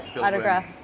autograph